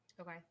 Okay